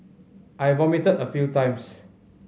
I vomited a few times